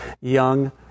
Young